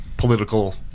Political